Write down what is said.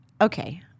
okay